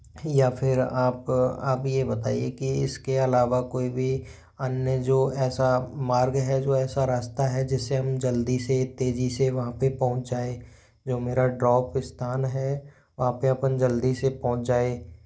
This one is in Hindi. या फिर आप आप ये बताइए कि इसके अलावा कोई भी अन्य जो ऐसा मार्ग है जो ऐसा रास्ता है जिस से हम जल्दी से तेज़ी से वहाँ पे पहुँच जाएं जो मेरा ड्रॉप स्थान है वहाँ पे अपन जल्दी से पहुँच जाएं